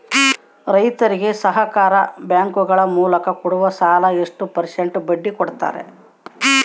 ರೈತರಿಗೆ ಸಹಕಾರಿ ಬ್ಯಾಂಕುಗಳ ಮೂಲಕ ಕೊಡುವ ಸಾಲ ಎಷ್ಟು ಪರ್ಸೆಂಟ್ ಬಡ್ಡಿ ಕೊಡುತ್ತಾರೆ?